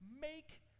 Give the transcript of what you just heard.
make